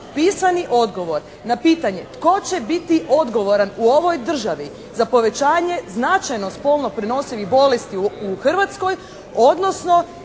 pisani odgovor na pitanje tko će biti odgovoran u ovoj državi za povećanje značajno spolno prenosivih bolesti u Hrvatskoj, odnosno